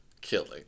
killing